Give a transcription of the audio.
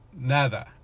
NADA